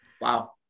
Wow